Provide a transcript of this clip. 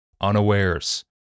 unawares